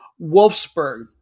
Wolfsburg